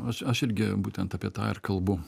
aš aš irgi būtent apie tą ir kalbu